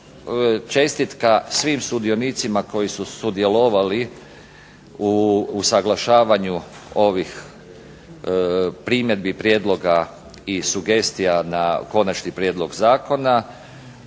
čestitka svim sudionicima koji su sudjelovali u usaglašavanju ovih primjedbi, prijedloga i sugestija na konačni prijedlog zakona.